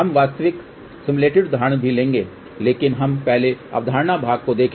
हम वास्तविक सिम्युलेटेड उदाहरण भी लेंगे लेकिन हम पहले अवधारणा भाग को देखें